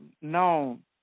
known